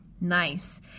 Nice